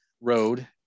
road